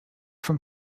from